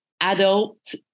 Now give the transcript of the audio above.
adult